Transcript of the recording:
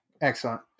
Excellent